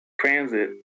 transit